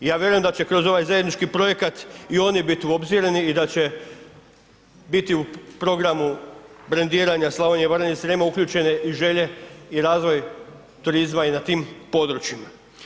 Ja vjerujem da će kroz ovaj zajednički projekat i oni biti uobzireni i da će biti u programu brendiranja Slavonije, Baranje i Srijema uključene i želje i razvoj turizma i na tim područjima.